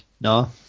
No